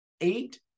eight